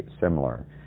similar